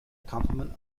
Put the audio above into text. complement